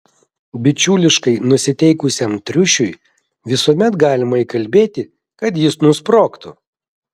bičiuliškai nusiteikusiam triušiui visuomet galima įkalbėti kad jis nusprogtų